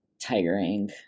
tiring